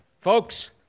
Folks